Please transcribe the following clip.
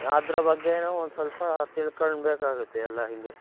ಅದರ ಬಗ್ಗೆೇಯು ಒಂದು ಸ್ವಲ್ಪ ತಿಳ್ಕಳ್ಬೇಕಾಗತ್ತೆ ಎಲ್ಲ ಹೀಗೆ